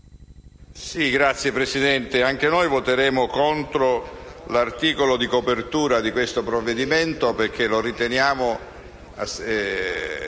Signor Presidente, anche noi voteremo contro l'articolo di copertura di questo provvedimento, perché lo riteniamo